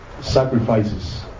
sacrifices